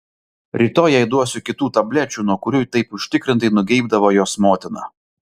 rytoj jai duosiu kitų tablečių nuo kurių taip užtikrintai nugeibdavo jos motina